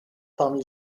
parmi